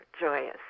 joyous